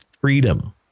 freedom